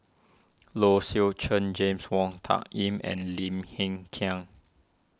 Low Swee Chen James Wong Tuck Yim and Lim Hng Kiang